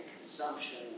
consumption